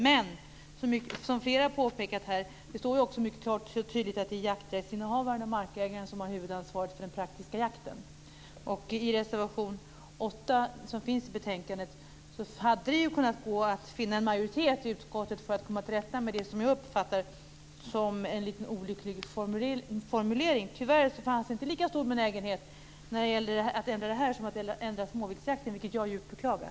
Men som flera har påpekat här står det också mycket klart och tydligt att det är jakträttsinnehavaren och markägaren som har huvudansvaret för den praktiska jakten. I reservation 8 i betänkandet hade det kunnat gå att finna en majoritet i utskottet för att komma till rätta med det som jag uppfattar som en lite olycklig formulering. Tyvärr fanns det inte lika stor benägenhet att ändra det här som det fanns när det gäller att ändra småviltsjakten, vilket jag djupt beklagar.